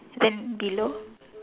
then below